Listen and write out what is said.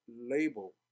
label